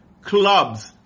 clubs